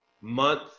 month